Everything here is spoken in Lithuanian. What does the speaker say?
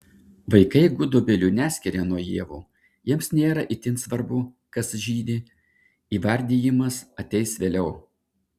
vaikai gudobelių neskiria nuo ievų jiems nėra itin svarbu kas žydi įvardijimas ateis vėliau